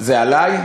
זה עלי?